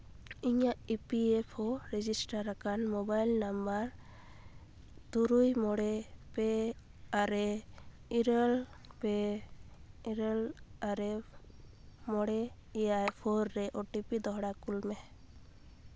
ᱤᱧᱟᱹᱜ E P F O register ᱟᱠᱟᱱ mobile number ᱛᱩᱨᱩᱭ ᱢᱚᱬᱮ ᱯᱮ ᱟᱨᱮ ᱤᱨᱟᱹᱞ ᱯᱮ ᱤᱨᱟᱹᱞ ᱟᱨᱮ ᱢᱚᱬᱮ ᱮᱭᱟᱭ ᱯᱷᱳᱨ ᱨᱮ ᱳᱴᱤᱯᱤ ᱫᱚᱲᱦᱟ ᱠᱩᱞ ᱢᱮ